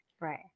Right